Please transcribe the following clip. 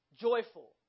joyful